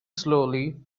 slowly